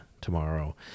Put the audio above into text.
tomorrow